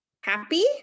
happy